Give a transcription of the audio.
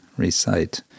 Recite